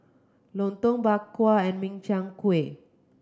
Lontong Bak Kwa and Min Chiang Kueh